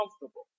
comfortable